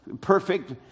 perfect